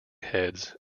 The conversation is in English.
heads